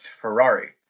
Ferrari